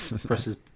presses